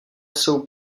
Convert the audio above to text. jsou